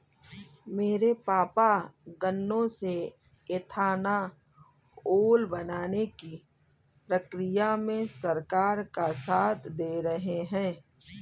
मेरे पापा गन्नों से एथानाओल बनाने की प्रक्रिया में सरकार का साथ दे रहे हैं